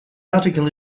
article